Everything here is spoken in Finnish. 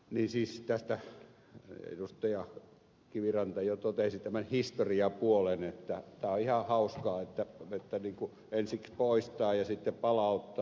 ei siis tätä kirjoitusta ja kiviranta jo totesi tämän historiapuolen että tämä on ihan hauskaa että ensiksi poistaa ja sitten palauttaa